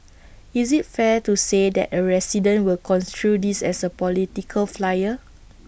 is IT fair to say that A resident will construe this as A political flyer